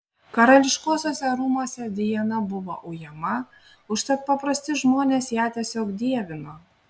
karališkuosiuose rūmuose diana buvo ujama užtat paprasti žmonės ją tiesiog dievino